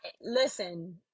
listen